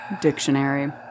Dictionary